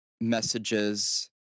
messages